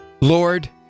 Lord